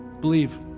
believe